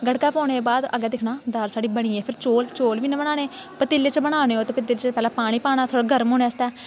गड़का पौने दे बाद अग्गें दिक्खना दाल साढ़ी बनी गेई फिर चौल बी इ'यां बनाने पतीले च बनाने पतीले च पैह्ले पानी पाना फिर गर्म होने आस्तै